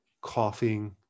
coughing